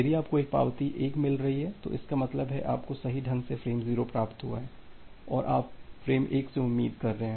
यदि आपको एक पावती 1 मिल रही है इसका मतलब है आपको सही ढंग से फ्रेम 0 प्राप्त हुआ है और आप फ्रेम 1 से उम्मीद कर रहे हैं